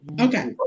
Okay